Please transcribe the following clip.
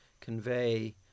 convey